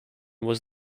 was